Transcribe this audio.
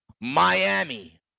Miami